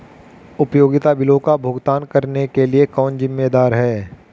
उपयोगिता बिलों का भुगतान करने के लिए कौन जिम्मेदार है?